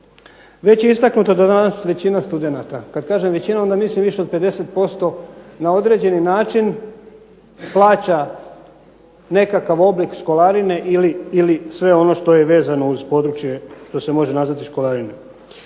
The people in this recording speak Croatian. Već je istaknuto da danas većina studenata, kad kažem većina onda mislim više od 50% na određeni način plaća nekakav oblik školarine ili sve ono što je vezano uz područje, što se može nazvati školarinom.